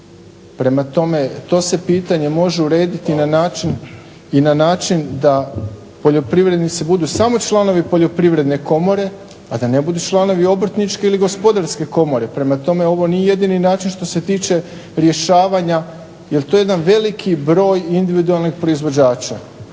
Prema tome, to se pitanje može urediti i na način da poljoprivrednici budu samo članovi Poljoprivredne komore, a da ne budu članovi Obrtničke ili Gospodarske komore. Prema tome, ovo nije jedini način što se tiče rješavanja jer to je jedan veliki broj individualnih proizvođača.